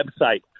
website